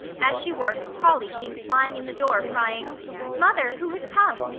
as she worked polly came flying in the door crying mother, who has come?